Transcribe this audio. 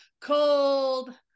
cold